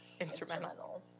instrumental